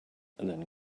than